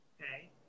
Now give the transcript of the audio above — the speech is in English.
okay